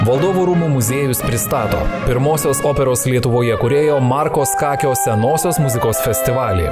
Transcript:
valdovų rūmų muziejus pristato pirmosios operos lietuvoje kūrėjo marko skakio senosios muzikos festivalį